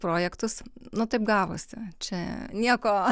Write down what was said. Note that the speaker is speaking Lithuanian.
projektus nu taip gavosi čia nieko